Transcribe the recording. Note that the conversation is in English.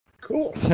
Cool